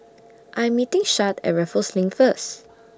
I Am meeting Shad At Raffles LINK First